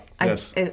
Yes